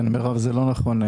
מרב, זה לא נכון.